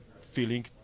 feeling